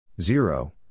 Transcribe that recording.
Zero